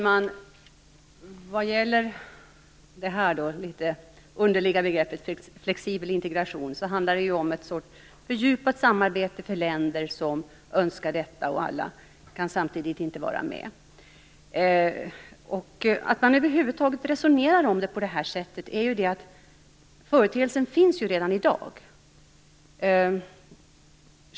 Herr talman! Det litet underliga begreppet flexibel integration handlar om en sorts fördjupat samarbete med länder som önskar detta, där alla inte samtidigt kan vara med. Att man över huvud taget resonerar om det på det här sättet beror på att företeelsen finns redan i dag.